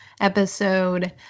episode